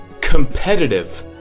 Competitive